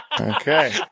okay